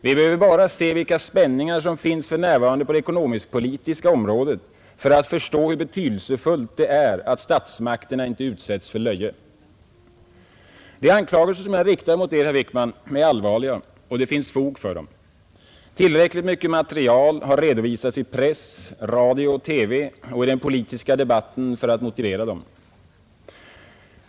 Vi behöver bara se vilka spänningar som för närvarande finns på det ekonomisk-politiska området för att förstå hur betydelsefullt det är att statsmakterna inte utsätts för löje. De anklagelser som jag riktar mot Er, herr Wickman, är allvarliga, och det finns fog för dem. Tillräckligt mycket material har redovisats i press, radio och TV samt i den politiska debatten för att motivera dem.